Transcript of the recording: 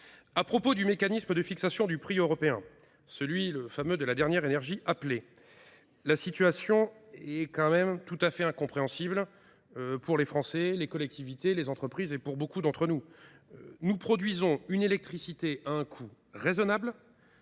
concerne le mécanisme de fixation du prix européen, dit mécanisme de la dernière énergie appelée, la situation est tout à fait incompréhensible pour les Français, les collectivités, les entreprises et nombre d’entre nous. Nous produisons une électricité à un coût raisonnable.